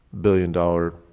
billion-dollar